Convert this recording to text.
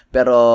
Pero